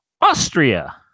Austria